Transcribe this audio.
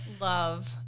love